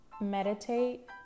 Meditate